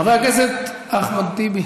חבר הכנסת אחמד טיבי,